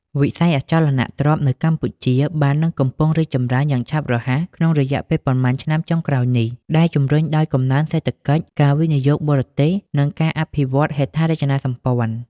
វិស័យអចលនទ្រព្យនៅកម្ពុជា បាននិងកំពុងរីកចម្រើនយ៉ាងឆាប់រហ័សក្នុងរយៈពេលប៉ុន្មានឆ្នាំចុងក្រោយនេះ ដែលជំរុញដោយកំណើនសេដ្ឋកិច្ច ការវិនិយោគបរទេស និងការអភិវឌ្ឍហេដ្ឋារចនាសម្ព័ន្ធ។